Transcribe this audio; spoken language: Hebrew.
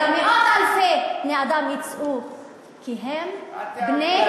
אלא מאות אלפי בני אדם יצאו כי הם בני-אדם,